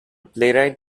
playwright